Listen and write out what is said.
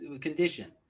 condition